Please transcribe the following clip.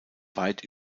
weit